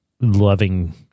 loving